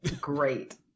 Great